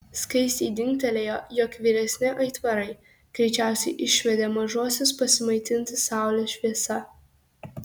skaistei dingtelėjo jog vyresni aitvarai greičiausiai išvedė mažuosius pasimaitinti saulės šviesa